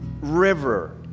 river